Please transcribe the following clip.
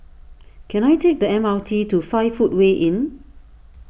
can I take the M R T to five Footway Inn